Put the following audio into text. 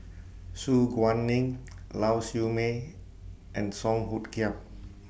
Su Guaning Lau Siew Mei and Song Hoot Kiam